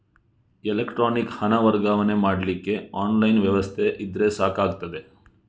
electronic ಹಣ ವರ್ಗಾವಣೆ ಮಾಡ್ಲಿಕ್ಕೆ ಆನ್ಲೈನ್ ವ್ಯವಸ್ಥೆ ಇದ್ರೆ ಸಾಕಾಗ್ತದೆ